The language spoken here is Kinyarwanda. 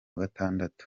gatandatu